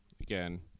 again